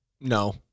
No